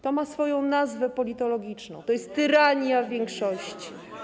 To ma swoją nazwę politologiczną, to jest tyrania większości.